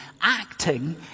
acting